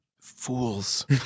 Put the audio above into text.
fools